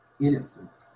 innocence